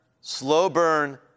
slow-burn